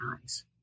eyes